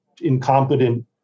incompetent